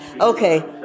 Okay